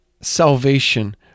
salvation